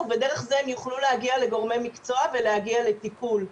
ודרך זה הם יוכלו להגיע לגורמי מקצוע ולהגיע לטיפול.